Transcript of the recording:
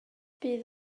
bydd